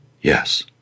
yes